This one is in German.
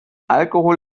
alkohol